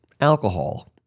Alcohol